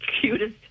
cutest